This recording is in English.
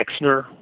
Exner